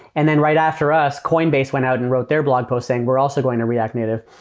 and then right after us, coinbase went out and wrote their blog post saying, we're also going to react native.